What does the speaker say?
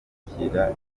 gushigikira